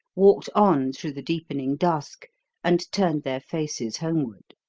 walked on through the deepening dusk and turned their faces homeward.